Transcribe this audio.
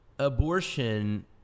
abortion